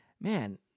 man